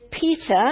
Peter